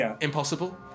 impossible